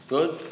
Good